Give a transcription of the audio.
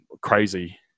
crazy